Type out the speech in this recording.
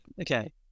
okay